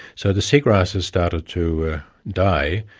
so the seagrasses started to die,